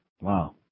Wow